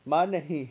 money